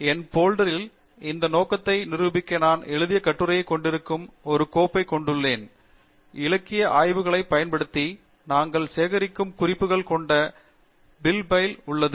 என் போல்டரில் இந்த நோக்கத்தை நிரூபிக்க நான் எழுதிய கட்டுரையைக் கொண்டிருக்கும் ஒரு கோப்பைக் கொண்டுள்ளேன் இலக்கிய ஆய்வுகளைப் பயன்படுத்தி நாங்கள் சேகரித்திருக்கும் குறிப்புகள் கொண்ட பிப் பைல் உள்ளது